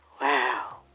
Wow